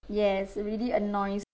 yes it really annoys